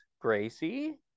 gracie